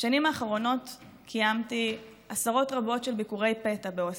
בשנים האחרונות קיימתי עשרות רבות של ביקורי פתע בהוסטלים.